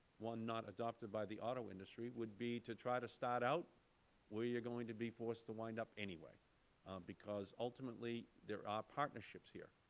one not adopted by the auto industry, would be to try to start out where you are going to be forced to wind up anyway because ultimately there are partnerships here,